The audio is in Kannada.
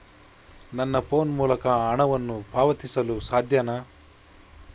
ನನ್ನ ಫೋನ್ ಮೂಲಕ ಹಣವನ್ನು ಪಾವತಿಸಲು ಸಾಧ್ಯನಾ?